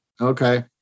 Okay